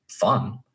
fun